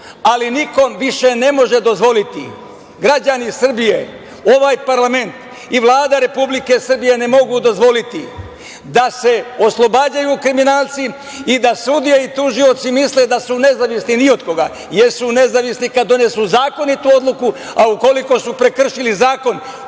ali nikom više ne može dozvoliti, građani Srbije, ovaj parlament i Vlada Republike Srbije ne mogu dozvoliti da se oslobađaju kriminalci i da sudije i tužioci misle da su nezavisni ni od koga, jesu nezavisni kad donesu zakonitu odluku, a ukoliko su prekršili zakon